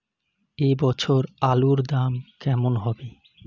এ বছর আলুর দাম কেমন হবে?